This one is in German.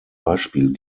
beispiel